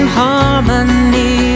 harmony